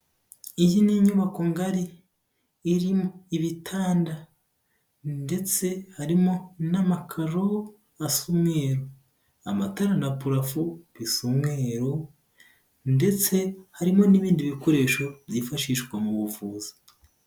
Iyi ni inyubako ngari irimo ibitanda, ndetse harimo n'amakaro asa umweru, amatara na purafu bisa umweru, ndetse harimo n'ibindi bikoresho byifashishwa mu buvuzi.